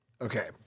Okay